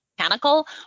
Mechanical